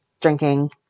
drinking